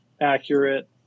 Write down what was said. accurate